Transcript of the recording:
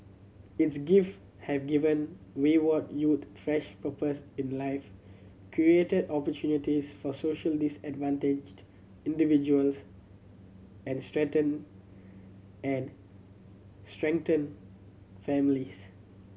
its gift have given wayward youth fresh purpose in life created opportunities for socially disadvantaged individuals and strengthened and strengthened families